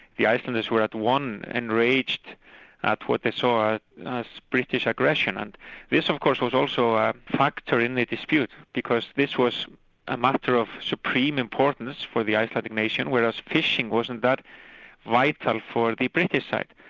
the icelanders were as one enraged at what they saw as british aggression, and this of course was also a factor in the dispute, because this was a matter of supreme importance for the icelandic nation whereas fishing wasn't that vital for the british side.